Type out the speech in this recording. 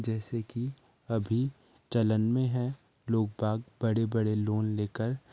जैसे कि अभी चलन में है लोगबाग़ बड़े बड़े लोन लेकर